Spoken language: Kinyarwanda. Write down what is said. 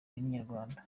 inyarwanda